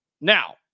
Now